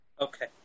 Okay